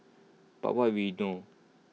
but what we know